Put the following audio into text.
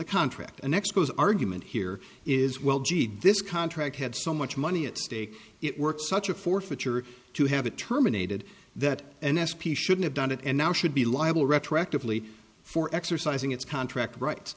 the contract and expos argument here is well gee this contract had so much money at stake it works such a forfeiture to have it terminated that an s p should have done it and now should be liable retroactively for exercising its contract rights